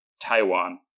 Taiwan